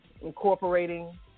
incorporating